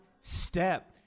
step